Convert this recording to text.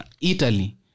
Italy